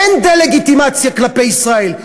אין דה-לגיטימציה כלפי ישראל,